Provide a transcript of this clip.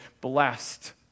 blessed